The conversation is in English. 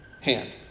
hand